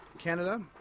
Canada